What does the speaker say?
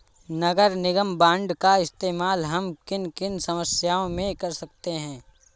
नगर निगम बॉन्ड का इस्तेमाल हम किन किन समस्याओं में कर सकते हैं?